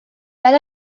fel